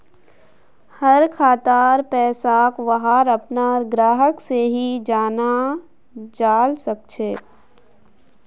हर खातार पैसाक वहार अपनार ग्राहक से ही जाना जाल सकछे